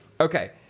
Okay